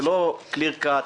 זה לא clear cut,